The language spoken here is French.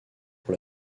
pour